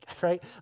right